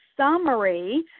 summary